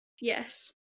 Yes